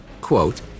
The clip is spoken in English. quote